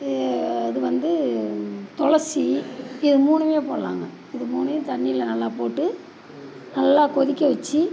இ இது வந்து துளசி இது மூணுமே போடலாங்க இது மூணையும் தண்ணியில் நல்லா போட்டு நல்லா கொதிக்க வச்சு